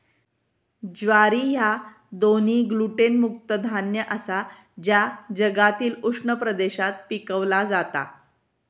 ज्वारी ह्या दोन्ही ग्लुटेन मुक्त धान्य आसा जा जगातील उष्ण प्रदेशात पिकवला जाता